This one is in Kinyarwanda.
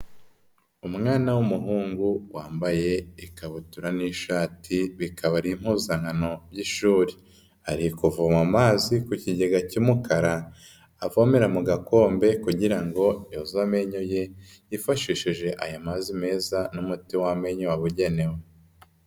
Umwana w'umuhungu wambaye ikabutura n'ishati bikaba ari impuzankano y'ishuri, ari kuvoma amazi ku kigega cy'umukara, avomera mu gakombe kugira ngo yoze amenyo ye, yifashishije aya mazi meza n'umuti w'amenyo wabugenewe.